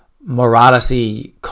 morality